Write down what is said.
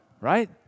right